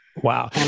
Wow